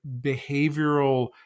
behavioral